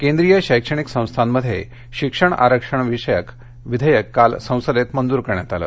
केंद्रीय शैक्षणिक संस्थांमध्ये शिक्षक आरक्षण विषयक विधेयक काल संसदेत मंजूर करण्यात आलं